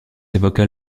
évoquent